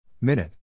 Minute